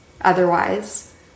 otherwise